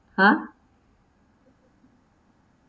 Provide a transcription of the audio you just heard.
!huh!